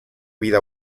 vida